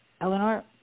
Eleanor